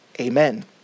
Amen